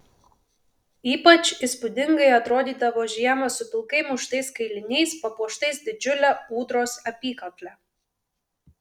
ypač įspūdingai atrodydavo žiemą su pilkai muštais kailiniais papuoštais didžiule ūdros apykakle